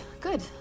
good